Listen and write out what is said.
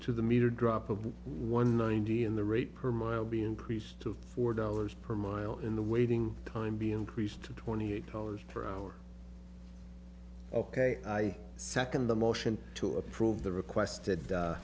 to the meter drop of one ninety and the rate per mile be increased to four dollars per mile in the waiting time be increased to twenty eight dollars per hour ok i second the motion to approve the requested